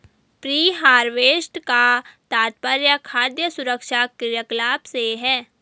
pre harvest का तात्पर्य खाद्य सुरक्षा क्रियाकलाप से है